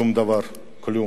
שום דבר, כלום.